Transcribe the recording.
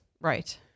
Right